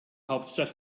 hauptstadt